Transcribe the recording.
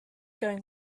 going